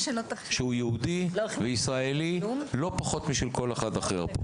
שהוא יהודי וישראלי לא פחות משל כל אחד אחר פה.